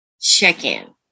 check-in